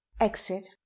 exit